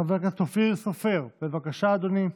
חבר הכנסת אופיר סופר, בבקשה, אדוני.